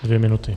Dvě minuty.